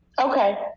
Okay